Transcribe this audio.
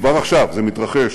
כבר עכשיו זה מתרחש,